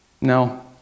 No